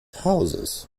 hauses